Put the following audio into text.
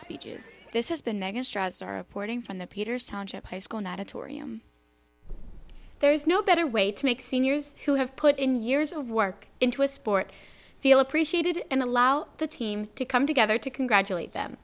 speeches this has been reporting from the peters township high school not a tour there's no better way to make seniors who have put in years of work into a sport feel appreciated and allow the team to come together to congratulate them